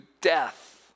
death